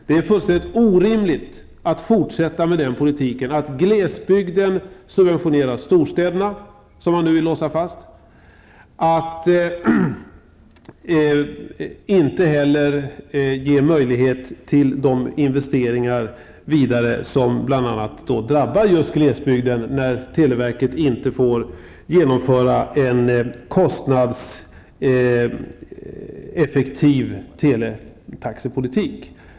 Det är fullständigt orimligt att fortsätta med den politiken, vilken man nu vill låsa fast och genom vilken glesbygden subventionerar storstäderna. Investeringar förhindras, och glesbygden drabbas bl.a. genom att televerket inte får genomföra en kostnadseffektiv teletaxepolitik.